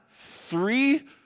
three